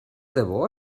debò